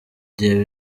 dieu